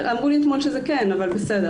אלה כל הנתונים ששמענו מחבר הכנסת כסיף.